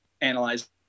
analyze